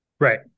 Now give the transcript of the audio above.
Right